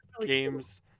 games